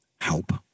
Help